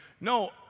No